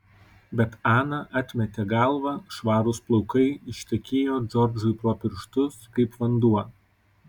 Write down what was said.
bet ana atmetė galvą švarūs plaukai ištekėjo džordžui pro pirštus kaip vanduo